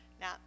Now